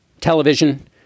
Television